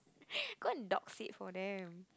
go and dogsit for them